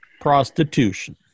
prostitution